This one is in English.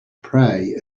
pray